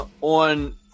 on